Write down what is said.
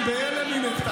אני בהלם ממך.